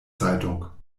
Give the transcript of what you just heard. zeitung